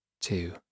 two